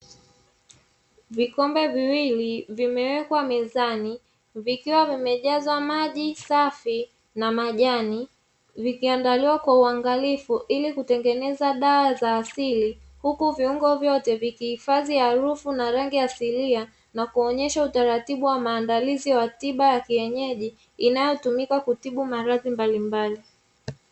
Vikombe viwili vimewekwa mezani vikiwa vimejazwa maji safi na majani. Vikiandaliwa kwa uangalifu ili kutengeneza dawa za asili huku viungo vyote vikihifadhi harufu na rangi asilia na kuonyesha utaratibu wa maandalizi wa tiba ya kienyeji, inayotumika kutibu maradhi mbalimbali.